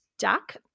duck